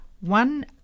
one